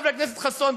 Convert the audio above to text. חבר הכנסת חסון,